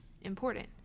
important